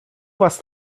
was